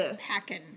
packing